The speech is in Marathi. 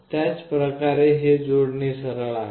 त्याच प्रकारे हे जोडणी सरळ आहे